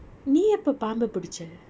நீ எப்பே பாம்பு பிடிச்சே:nee yeppae paambu pudichae